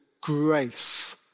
grace